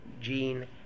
Jean